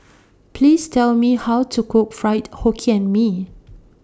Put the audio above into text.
Please Tell Me How to Cook Fried Hokkien Mee